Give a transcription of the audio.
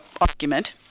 argument